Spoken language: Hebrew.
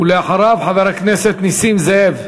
אחריו, חבר הכנסת נסים זאב.